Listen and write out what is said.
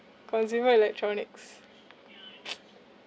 consumer electronics